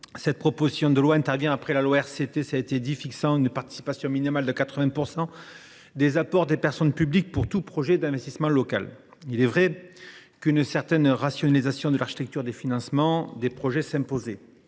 cette proposition de loi intervient après la loi RCT, qui a fixé une participation minimale de 80 % des apports des personnes publiques pour tout projet d’investissement local. Il est vrai qu’une certaine rationalisation de l’architecture des financements des projets s’imposait,